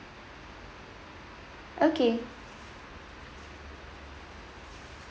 okay